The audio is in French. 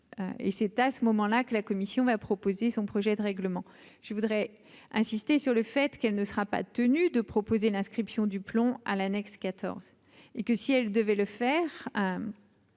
et c'est à ce moment-là que la Commission va proposer son projet de règlement, je voudrais insister sur le fait qu'elle ne sera pas tenu de proposer l'inscription du plomb à l'annexe 14 et que si elle devait le faire